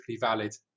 valid